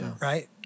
Right